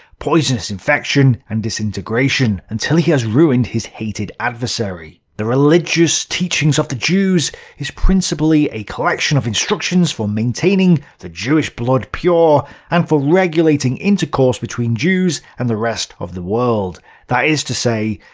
poisonous infection and disintegration, until he has ruined his hated adversary. the religious teaching of the jews is principally a collection of instructions for maintaining the jewish blood pure and for regulating intercourse between jews and the rest of the world that is to say,